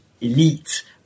elite